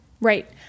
Right